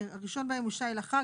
הראשון בהם הוא שי לחג.